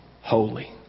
holy